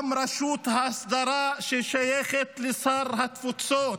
גם רשות ההסדרה, ששייכת לשר התפוצות